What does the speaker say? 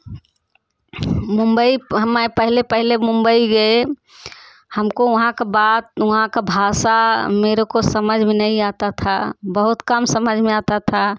मुंबई हमें पहले पहले मुंबई गए हमको वहाँ का बात वहाँ का भाषा मेरे को समझ में नहीं आता था बहुत कम समझ में आता था